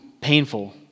painful